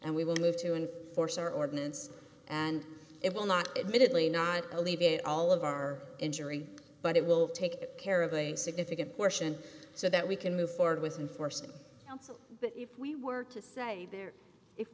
and we will move to enforce our ordinance and it will not admittedly not alleviate all of our injury but it will take care of a significant portion so that we can move forward with information but if we were to say there if